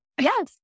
Yes